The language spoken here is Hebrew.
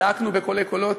צעקנו בקולי קולות.